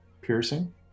piercing